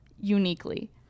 uniquely